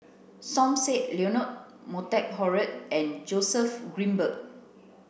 Som Said Leonard Montague Harrod and Joseph Grimberg